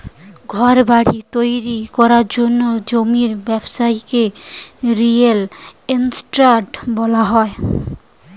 ঘরবাড়ি তৈরি করার জন্য জমির ব্যবসাকে রিয়েল এস্টেট বলা হয়